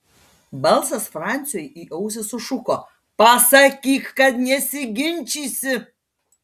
balsas franciui į ausį sušuko pasakyk kad nesiginčysi